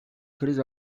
kriz